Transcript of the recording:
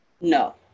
No